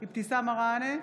אבתיסאם מראענה,